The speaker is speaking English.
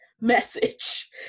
message